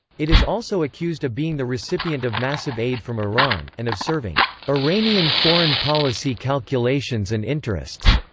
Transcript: it is also accused of being the recipient of massive aid from iran, and of serving iranian foreign policy calculations and interests,